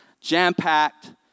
jam-packed